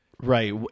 Right